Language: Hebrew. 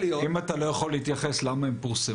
אז אם אתה לא יכול להתייחס למה הם פורסמו?